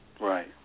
Right